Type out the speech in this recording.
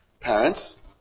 Parents